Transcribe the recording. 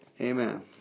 Amen